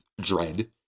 dread